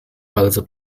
bardzo